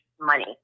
money